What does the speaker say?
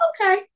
okay